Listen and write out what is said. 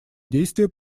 действия